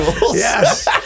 Yes